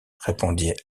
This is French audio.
répondit